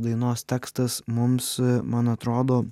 dainos tekstas mums man atrodo